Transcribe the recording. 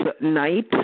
night